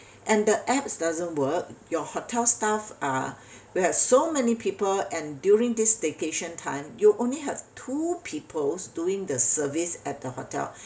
and the app doesn't work your hotel staff are we have so many people and during this staycation time you only have two peoples doing the service at the hotel